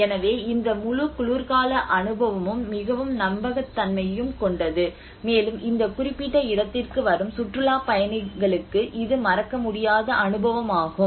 எனவே இந்த முழு குளிர்கால அனுபவமும் மிகவும் நம்பகத்தன்மையும் கொண்டது மேலும் இந்த குறிப்பிட்ட இடத்திற்கு வரும் சுற்றுலாப் பயணிகளுக்கு இது மறக்க முடியாத அனுபவமாகும்